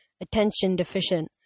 attention-deficient